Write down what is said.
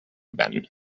ben